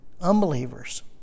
unbelievers